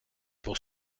pour